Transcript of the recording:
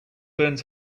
burns